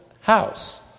house